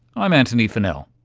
i'm antony funnell.